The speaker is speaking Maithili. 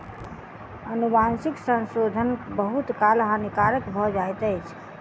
अनुवांशिक संशोधन बहुत काल हानिकारक भ जाइत अछि